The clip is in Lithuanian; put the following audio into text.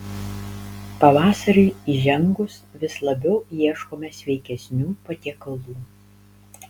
pavasariui įžengus vis labiau ieškome sveikesnių patiekalų